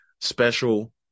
special